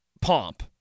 Pomp